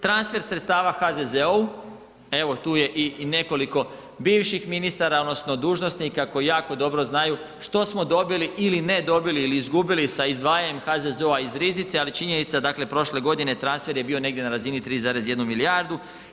Transfer sredstava HZZO-u, evo tu je i nekoliko bivših ministara odnosno dužnosnika koji jako dobro znaju što smo dobili ili ne dobili ili izgubili sa izdvajanjem HZZO-a iz riznice, ali činjenica dakle, prošle godine transfer je bio negdje na razini 3,1 milijardu.